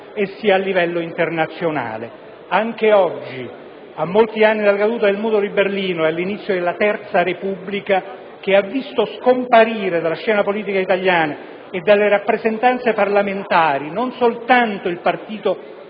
sia a livello internazionale. Anche oggi, a molti anni dalla caduta del Muro di Berlino ed all'inizio della terza Repubblica, che ha visto scomparire dalla scena politica italiana e dalle rappresentanze parlamentari non soltanto il Partito